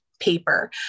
paper